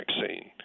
vaccine